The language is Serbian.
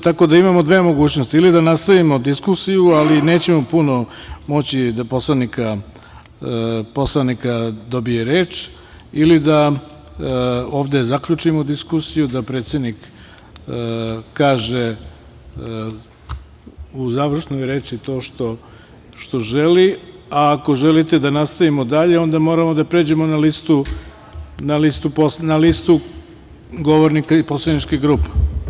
Tako da imamo dve mogućnosti, ili da nastavimo diskusiju, ali neće puno poslanika moći da dobije reč, ili da ovde zaključimo diskusiju, da predsednik kaže u završnoj reči to što želi, a ako želite da nastavimo dalje onda moramo da pređemo na listu govornika poslaničkih grupa.